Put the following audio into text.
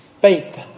Faith